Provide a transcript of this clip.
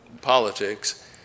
Politics